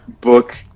book